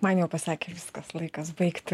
man jau pasakė viskas laikas baigti